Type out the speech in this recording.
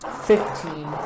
Fifteen